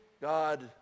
God